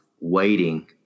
waiting